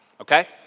okay